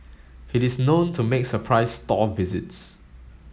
he is known to make surprise store visits